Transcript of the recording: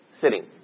sitting